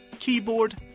keyboard